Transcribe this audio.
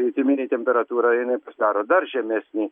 jutiminė temperatūra jinai pasidaro dar žemesnė